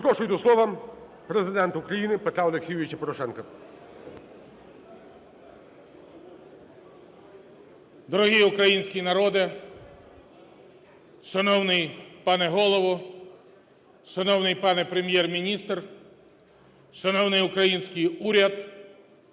Дорогий український народе, шановний пане Голово, шановний пане Прем'єр-міністр, шановний український уряд,